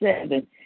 Seven